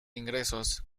ingresos